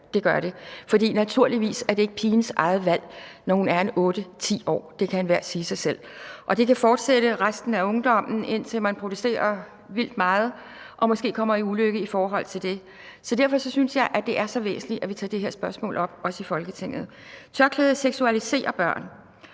det gør det. For naturligvis er det ikke pigens eget valg, når hun er 8-10 år gammel, det kan enhver sige sig selv, og det kan fortsætte resten af ungdommen, indtil man protesterer vildt meget, og der måske sker noget ulykkeligt i forhold til det. Derfor synes jeg, det er så væsentligt, at vi tager det her spørgsmål op, også i Folketinget. Tørklædet seksualiserer børn